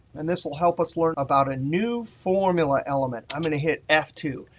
and this will help us learn about a new formula element. i'm going to hit f two.